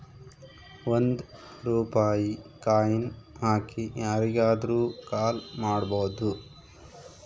ಒಂದ್ ರೂಪಾಯಿ ಕಾಯಿನ್ ಹಾಕಿ ಯಾರಿಗಾದ್ರೂ ಕಾಲ್ ಮಾಡ್ಬೋದು